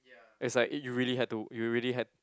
it's like you really had to you really had